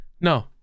no